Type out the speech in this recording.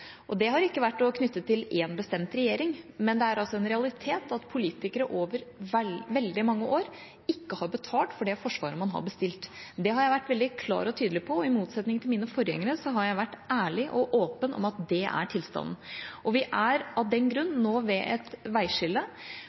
Det har ikke vært knyttet til én bestemt regjering, men det er en realitet at politikere over veldig mange år ikke har betalt for det forsvaret man har bestilt. Det har jeg vært veldig klar og tydelig på, og i motsetning til mine forgjengere har jeg vært ærlig og åpen om at det er tilstanden. Vi er av den grunn nå ved et veiskille,